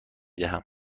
دهم